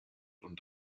und